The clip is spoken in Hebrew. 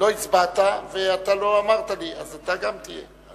אתה לא הצבעת ואתה לא אמרת לי, אז אתה גם תהיה.